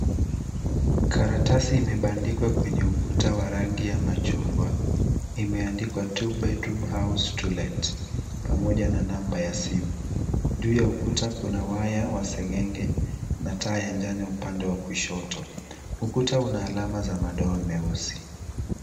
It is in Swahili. Karatasi imebandikwa kwenye ukuta wa rangi ya machungwa. Imeandikwa 2 bedroom house to let pamoja na namba ya simu . Juu ya ukuta kuna waya wa seng'eng'e na taa ya njano upande wa kushoto. Ukuta una alama za madoa meusi.